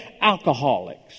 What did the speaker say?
alcoholics